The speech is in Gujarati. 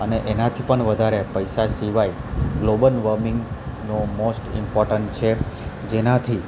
અને એનાથી પણ વધારે પૈસા સિવાય ગ્લોબલ વોર્મિંગનો મોસ્ટ ઇમ્પોર્ટન્ટ છે જેનાથી